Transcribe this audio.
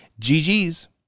GG's